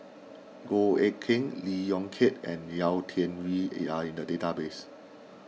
Goh Eck Kheng Lee Yong Kiat and Yau Tian Yau are in the database